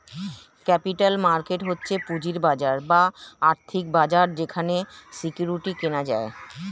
capital market হচ্ছে পুঁজির বাজার বা আর্থিক বাজার যেখানে সিকিউরিটি কেনা হয়